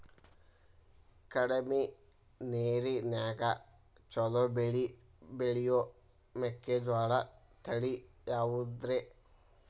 ಕಡಮಿ ನೇರಿನ್ಯಾಗಾ ಛಲೋ ಬೆಳಿ ಬೆಳಿಯೋ ಮೆಕ್ಕಿಜೋಳ ತಳಿ ಯಾವುದ್ರೇ?